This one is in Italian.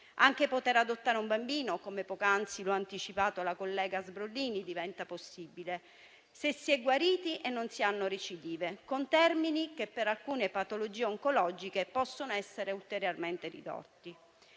Anche poter adottare un bambino, come poc'anzi ha anticipato la collega Sbrollini, diventa possibile, se si è guariti e non si hanno recidive, con termini che, per alcune patologie oncologiche, possono essere ulteriormente ridotti.